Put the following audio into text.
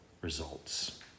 results